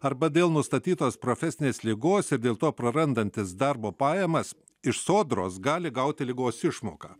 arba dėl nustatytos profesinės ligos ir dėl to prarandantis darbo pajamas iš sodros gali gauti ligos išmoką